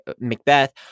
Macbeth